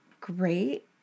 great